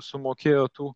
sumokėjo tų